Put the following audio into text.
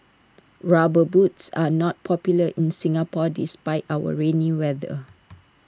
rubber boots are not popular in Singapore despite our rainy weather